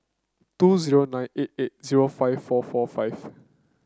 two zero nine eight eight zero five four four five